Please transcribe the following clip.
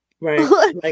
Right